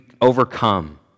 overcome